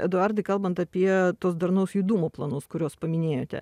eduardai kalbant apie tuos darnaus judumo planus kuriuos paminėjote